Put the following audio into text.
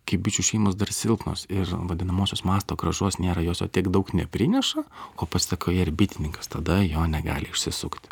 kai bičių šeimos dar silpnos ir vadinamosios masto grąžos nėra jos tiek daug neprineša ko pasekoje ir bitininkas tada jo negali išsisukti